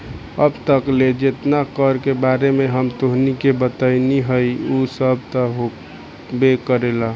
अब तक ले जेतना कर के बारे में हम तोहनी के बतइनी हइ उ सब त होबे करेला